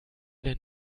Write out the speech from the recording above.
denn